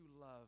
love